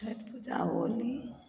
Chhath Puja Holi